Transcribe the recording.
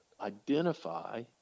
identify